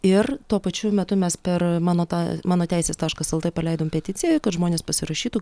ir tuo pačiu metu mes per mano tą mano teisės taškas lt paleidom peticiją kad žmonės pasirašytų